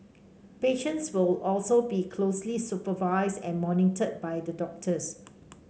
patients will also be closely supervised and monitored by the doctors